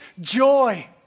joy